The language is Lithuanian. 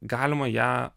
galima ją